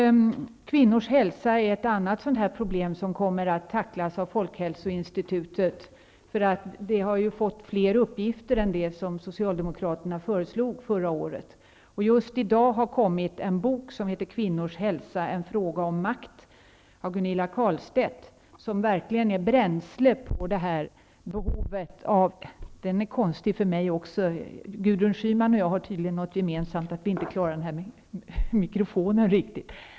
Kvinnors hälsa är ett annat problem som skall tacklas av folkhälsoinstitutet. Institutet har fått fler uppgifter än dem som Socialdemokraterna föreslog förra året. Det har kommit ut en bok som heter Carlstedt som verkligen utgör bränsle för behovet... Mikrofonen är konstig för mig också. Gudrun Schyman och jag har tydligen något gemensamt, nämligen att vi inte klarar mikrofonen.